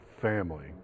family